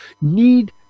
need